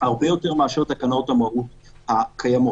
הרבה יותר מאשר תקנות המהות הקיימות,